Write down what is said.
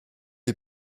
est